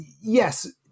yes